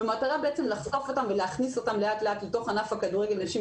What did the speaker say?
במטרה לחשוף אותן ולהכניס אותן לתוך ענף כדורגל הנשים,